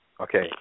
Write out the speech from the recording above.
Okay